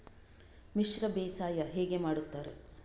ಮಿಶ್ರ ಬೇಸಾಯ ಹೇಗೆ ಮಾಡುತ್ತಾರೆ?